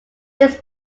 this